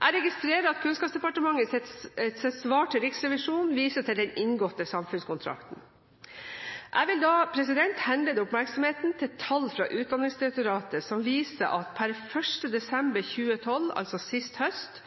Jeg registrerer at Kunnskapsdepartementet i sitt svar til Riksrevisjonen viser til den inngåtte samfunnskontrakten. Jeg vil da henlede oppmerksomheten på tall fra Utdanningsdirektoratet som viser at per 1. desember 2012, altså sist høst,